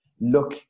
Look